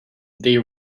they